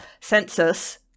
census